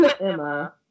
Emma